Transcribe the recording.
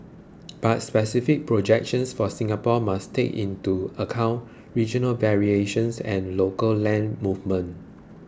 but specific projections for Singapore must take into account regional variations and local land movements